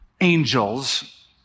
angels